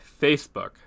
facebook